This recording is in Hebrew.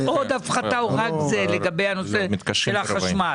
יש עוד הפחתה או רק זה לגבי הנושא של החשמל?